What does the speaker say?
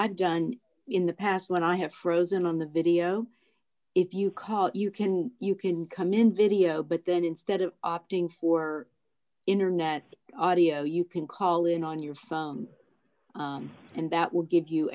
i've done in the past when i have frozen on the video if you call it you can you can come in video but then instead of opting for internet audio you can call in on your phone and that will give you